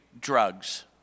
drugs